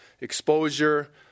Exposure